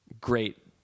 great